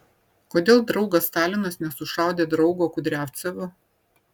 kodėl draugas stalinas nesušaudė draugo kudriavcevo